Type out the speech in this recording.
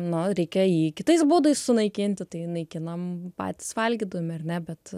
nu reikia jį kitais būdais sunaikinti tai naikinam patys valgydami ar ne bet